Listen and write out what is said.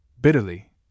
bitterly